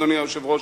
אדוני היושב-ראש,